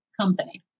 company